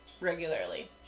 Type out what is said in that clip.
regularly